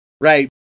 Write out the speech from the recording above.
right